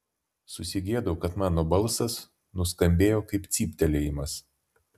susigėdau kad mano balsas nuskambėjo kaip cyptelėjimas